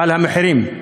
ואת המחירים?